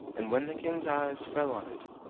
and when the king's eyes fell on it,